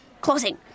Closing